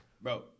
Bro